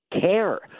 care